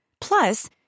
Plus